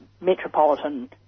metropolitan